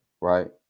right